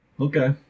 okay